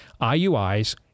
IUIs